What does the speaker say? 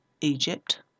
Egypt